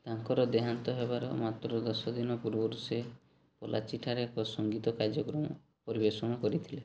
ତାଙ୍କର ଦେହାନ୍ତ ହେବାର ମାତ୍ର ଦଶ ଦିନ ପୂର୍ବରୁ ସେ ପୋଲ୍ଲାଚି ଠାରେ ଏକ ସଙ୍ଗୀତ କାର୍ଯ୍ୟକ୍ରମ ପରିବେଷଣ କରିଥିଲେ